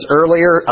earlier